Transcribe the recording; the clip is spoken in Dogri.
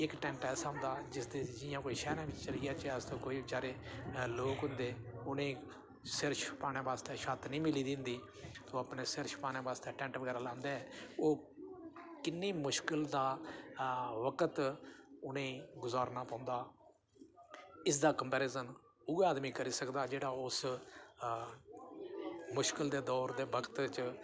इक टैंट ऐसा होंदा जिसदे च जियां कोई शैह्रें च चली जाच्चै अस ते कोई बचैरे लोक होंदे उ'नेंगी सिर छुपाने बास्तै छत्त निं मिली दी होंदी ओह् अपना सिर छुपाने बास्तै टैंट बगैरा लांदे ओह् किन्नी मुश्कल दा वक्त उ'नेंई गुज़ारना पौंदा इस दा कंपैरिज़न उ'ऐ आदमी करी सकदा जेह्ड़ा उस मुश्कल दे दौर दे वक्त च